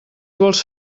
vols